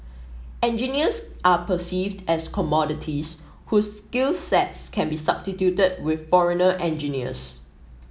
engineers are perceived as commodities whose skills sets can be substituted with foreigner engineers